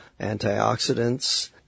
antioxidants